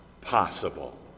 possible